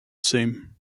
same